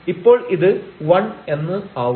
അപ്പോൾ ഇത് 1 എന്നാവും